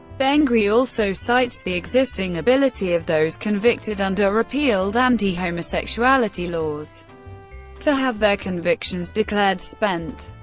bengry also cites the existing ability of those convicted under repealed anti-homosexuality laws to have their convictions declared spent.